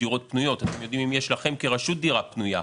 דירות פנויות והם יודעים אם יש להם כרשות דירה פנויה.